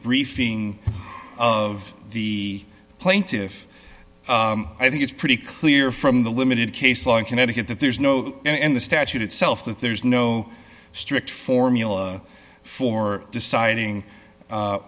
briefing of the plaintive i think it's pretty clear from the limited case law in connecticut that there's no and the statute itself that there's no strict formula for deciding